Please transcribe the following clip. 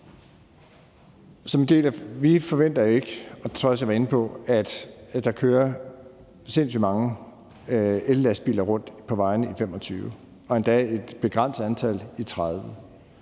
Vi forventer ikke, og det tror jeg også jeg har været inde på, at der kører sindssygt mange ellastbiler rundt på vejene i 2025, og vi forventer endda et begrænset antal i 2030.